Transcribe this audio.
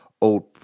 Old